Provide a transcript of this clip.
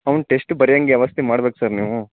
ಅವ್ನು ಟೆಸ್ಟ್ ಬರ್ಯೋಂಗೆ ವ್ಯವಸ್ಥೆ ಮಾಡ್ಬೇಕು ಸರ್ ನೀವು